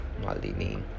Maldini